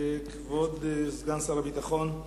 סגן שר הביטחון,